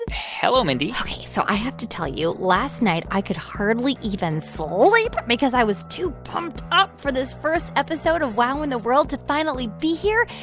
and hello, mindy ok, so i have to tell you. last night, i could hardly even sleep because i was too pumped up for this first episode of wow in the world to finally be here.